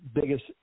biggest